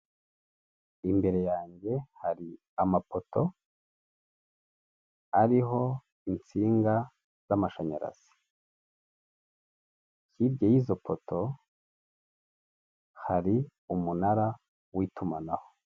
Imbere yanjye hari amapoto, ariho insinga z'amashanyarazi. Hirya y'izo poto hari umunara w'itumanaho.